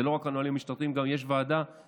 זה לא רק נהלים משטרתיים, יש גם ועדה בין-משרדית